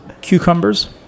cucumbers